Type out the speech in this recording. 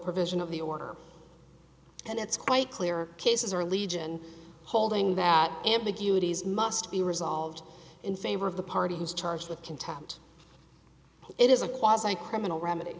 provision of the order and it's quite clear cases are legion holding that ambiguities must be resolved in favor of the party who is charged with contempt it is a quasi criminal remedy